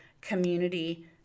community